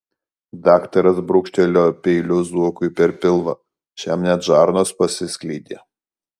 daktaras brūkštelėjo peiliu zuokui per pilvą šiam net žarnos pasiskleidė